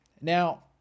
Now